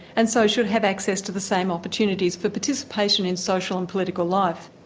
and so should have access to the same opportunities for participation in social and political life.